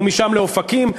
ומשם לאופקים,